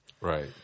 right